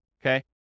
okay